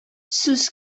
сүз